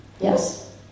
Yes